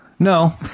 No